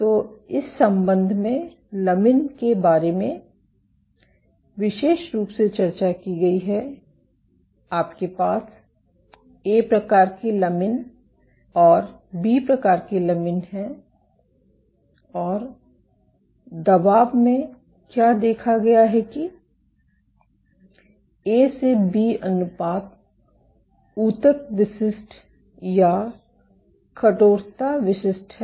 तो इस संबंध में लमिन के बारे में विशेष रूप से चर्चा की गई है आपके पास ए प्रकार की लमिन और बी प्रकार की लमिन हैं और दबाव में क्या देखा गया है कि ए से बी अनुपात ऊतक विशिष्ट या ऊतक कठोरता विशिष्ट है